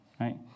right